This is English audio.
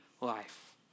life